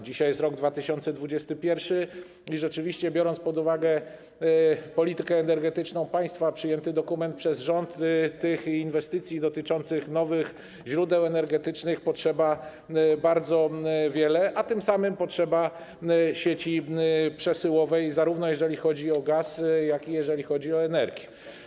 Dzisiaj jest rok 2021 i rzeczywiście, biorąc pod uwagę politykę energetyczną państwa i przyjęty przez rząd dokument, inwestycji dotyczących nowych źródeł energetycznych potrzeba bardzo wiele, a tym samym potrzeba sieci przesyłowych zarówno jeżeli chodzi o gaz, jak i jeżeli chodzi o energię.